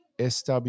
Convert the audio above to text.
sw